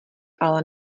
ale